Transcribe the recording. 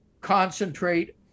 concentrate